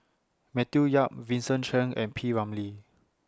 Matthew Yap Vincent Cheng and P Ramlee